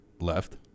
left